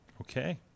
Okay